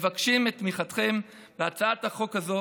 מבקשים את תמיכתכם בהצעת החוק הזאת